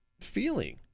feeling